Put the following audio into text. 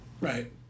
Right